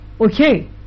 Okay